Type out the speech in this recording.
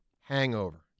hangover